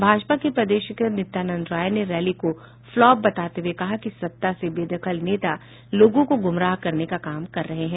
भाजपा के प्रदेश अध्यक्ष नित्यानंद राय ने रैली को फ्लॉप बताते हुए कहा कि सत्ता से बेदखल नेता लोगों को गुमराह करने का काम कर रहे हैं